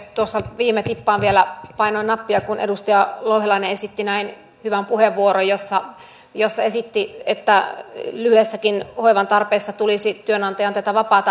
tuossa viime tippaan vielä painoin nappia kun edustaja louhelainen esitti näin hyvän puheenvuoron jossa esitti että lyhyessäkin hoivan tarpeessa tulisi työnantajan tätä vapaata antaa